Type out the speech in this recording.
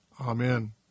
Amen